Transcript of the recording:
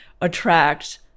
attract